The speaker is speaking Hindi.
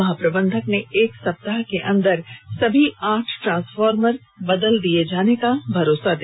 महाप्रबंधक ने एक सप्ताह के अंदर सभी आठ ट्रांसफॉर्मरों को बदल दिए जाने का भरोसा दिया